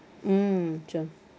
mm true